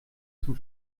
zum